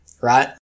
right